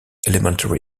elementary